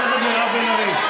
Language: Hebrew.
חברת הכנסת אורנה ברביבאי.